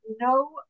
no